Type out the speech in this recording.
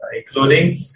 including